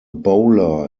bowler